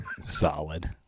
Solid